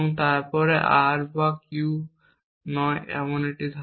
তারপর R বা Q নয় একটি ধারা